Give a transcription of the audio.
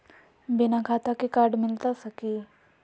बिना खाता के कार्ड मिलता सकी?